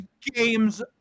games